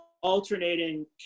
alternating